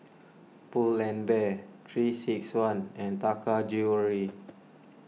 Pull and Bear three six one and Taka Jewelry